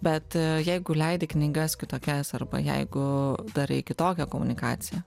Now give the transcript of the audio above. bet jeigu leidi knygas kitokias arba jeigu darai kitokią komunikaciją